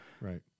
Right